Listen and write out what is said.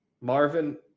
Marvin